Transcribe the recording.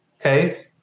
okay